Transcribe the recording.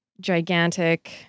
gigantic